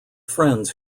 friends